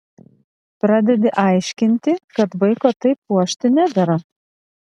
pradedi aiškinti kad vaiko taip puošti nedera